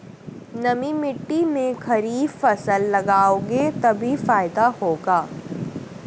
नमी मिट्टी में खरीफ फसल लगाओगे तभी फायदा होगा